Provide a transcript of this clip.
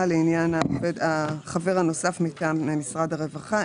לעניין החבר הנוסף מטעם משרד הרווחה.